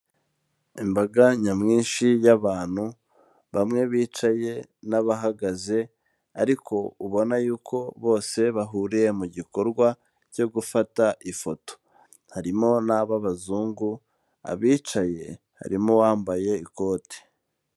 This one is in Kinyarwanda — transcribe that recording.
Imbaga nyamwinshi y'abantu bamwe bicaye n'abahagaze ariko ubona yuko bose bahuriye mu gikorwa cyo gufata ifoto, harimo n'ab'abazungu, abicaye harimo uwambaye ikote.